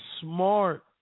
smart